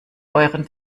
euren